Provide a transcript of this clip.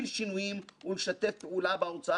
ופונה לחברי הוא באמת חברי,